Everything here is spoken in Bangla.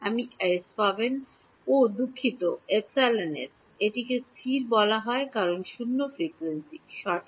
আপনি এস পাবেন ওহ দুঃখিত εs এটিকে স্থির বলা হয় কারণ শূন্য ফ্রিকোয়েন্সি সঠিক